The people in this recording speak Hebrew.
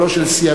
אבל לא של סיעתי,